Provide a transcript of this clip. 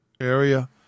area